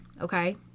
okay